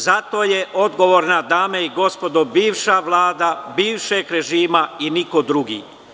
Za to je odgovorna, dame i gospodo, bivša Vlada, bivšeg režima i niko drugi.